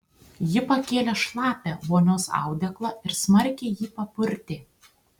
ji pakėlė šlapią vonios audeklą ir smarkiai jį papurtė